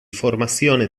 formazione